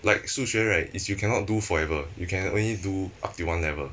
like 数学 right is you cannot do forever you can only do up till one level